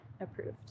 approved